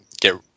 get